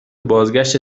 بازگشت